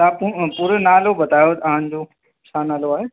तव्हां पू पूरो नालो बतायो तव्हांजो छा नालो आहे